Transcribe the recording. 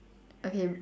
okay